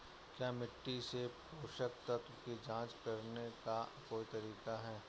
क्या मिट्टी से पोषक तत्व की जांच करने का कोई तरीका है?